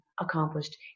accomplished